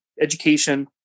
education